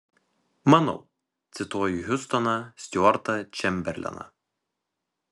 manau cituoji hiustoną stiuartą čemberleną